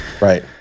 right